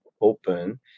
open